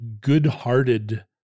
good-hearted